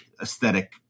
aesthetic